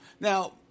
Now